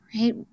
right